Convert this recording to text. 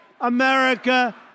America